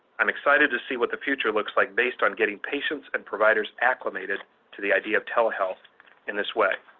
i'm excited to see what the future looks like based on getting patients and providers acclimated to the idea of telehealth in this way.